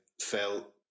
felt